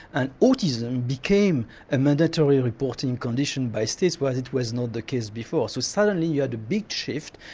and autism became a mandatory reporting condition by states where it it was not the case before. so suddenly you had a big shift,